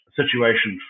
situation